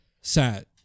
sat